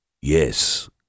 yes